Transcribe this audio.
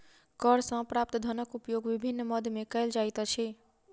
कर सॅ प्राप्त धनक उपयोग विभिन्न मद मे कयल जाइत अछि